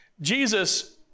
Jesus